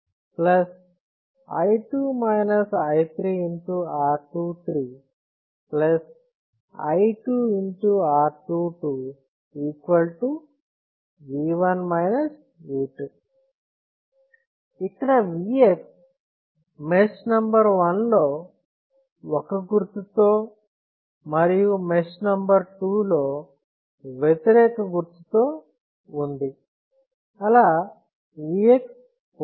R 2 2 V1 V2 ఇక్కడ Vx mesh number 1 లో ఒక్క గుర్తుతో మరియు మెష్ నెంబర్ 2 లో వ్యతిరేక గుర్తుతో ఉంది అలా Vx పోయింది